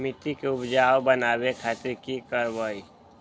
मिट्टी के उपजाऊ बनावे खातिर की करवाई?